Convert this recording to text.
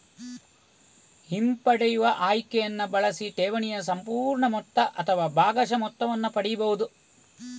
ಹಿಂಪಡೆಯುವ ಆಯ್ಕೆಯನ್ನ ಬಳಸಿ ಠೇವಣಿಯ ಸಂಪೂರ್ಣ ಮೊತ್ತ ಅಥವಾ ಭಾಗಶಃ ಮೊತ್ತವನ್ನ ಪಡೀಬಹುದು